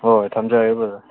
ꯍꯣꯏ ꯍꯣꯏ ꯊꯝꯖꯔꯦ ꯕ꯭ꯔꯗꯔ